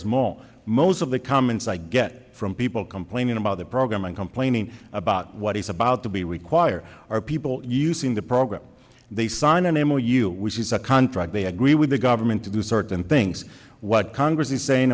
small most of the comments i get from people complaining about the program and complaining about what he's about to be require are people using the program they sign a name or you which is a contract they agree with the government to do certain things what congress i